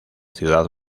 ciudad